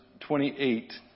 28